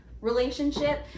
relationship